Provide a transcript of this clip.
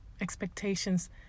Expectations